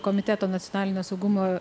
komiteto nacionalinio saugumo